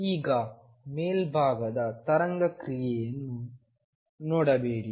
ಈಗ ಮೇಲ್ಭಾಗದ ತರಂಗ ಕ್ರಿಯೆಯನ್ನು ನೋಡಬೇಡಿ